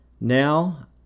Now